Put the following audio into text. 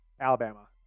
Alabama